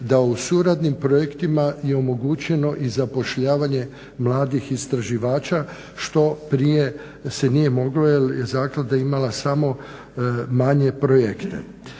da u suradnim projektima je omogućeno i zapošljavanje mladih istraživača što prije se nije moglo jer je zaklada imala samo manje projekte.